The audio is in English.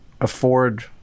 afford